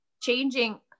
changing